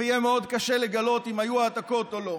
ויהיה קשה מאוד לגלות אם היו העתקות או לא.